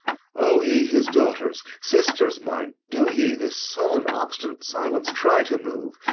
o ye his daughters, sisters mine, do ye this sullen, obstinate silence try to move.